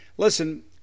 listen